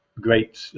great